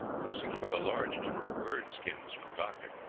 they secured a large number of bird skins for the doctor.